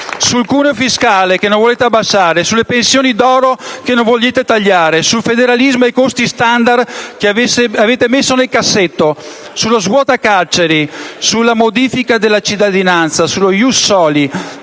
cuneo fiscale che non volete abbassare, sulle pensioni d'oro che non volete tagliare, sul federalismo e i costi *standard* che avete messo nel cassetto, sullo svuota carceri, sulla modifica della cittadinanza, sullo *ius soli*